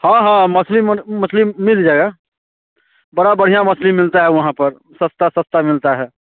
हाँ हाँ मछली मछली मिल जाएगा बड़ा बढ़िया मछली मिलता है वहाँ पर सस्ता सस्ता मिलता है